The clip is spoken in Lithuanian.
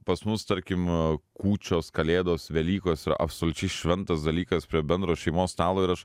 pas mus tarkim kūčios kalėdos velykos yra absoliučiai šventas dalykas prie bendro šeimos stalo ir aš